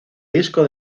disco